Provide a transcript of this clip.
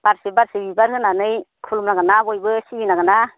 बारसे बारसे बिबार होनानै खुलुमनांगोनना बयबो सिबिनांगोनना